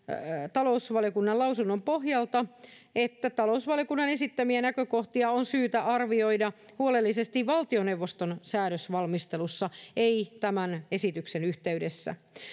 talousvaliokunnan lausunnon pohjalta että talousvaliokunnan esittämiä näkökohtia on syytä arvioida huolellisesti valtioneuvoston säädösvalmistelussa ei tämän esityksen yhteydessä